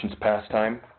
pastime